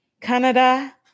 Canada